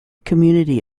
community